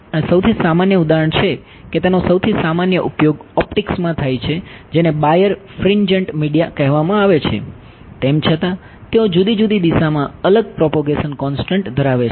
અને સૌથી સામાન્ય ઉદાહરણ છે કે તેનો સૌથી સામાન્ય ઉપયોગ ઓપ્ટિક્સમાં થાય છે જેને બાયરફ્રિન્જન્ટ છે